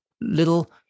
little